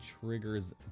triggers